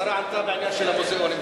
השרה ענתה בנושא של המוזיאונים.